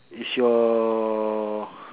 is your